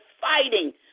fighting